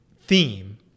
theme